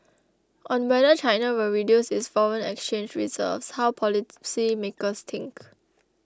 on whether China will reduce its foreign exchange reserves how policymakers think